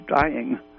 dying